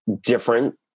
different